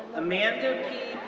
amanda p.